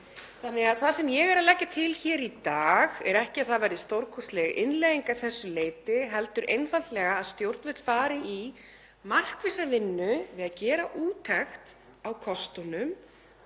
Það sem ég er að leggja til hér í dag er ekki að það væri stórkostleg innleiðing að þessu leyti heldur einfaldlega að stjórnvöld fari í markvissa vinnu við að gera úttekt á kostunum,